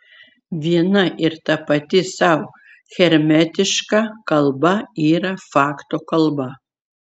viena ir tapati sau hermetiška kalba yra fakto kalba